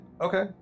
okay